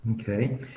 Okay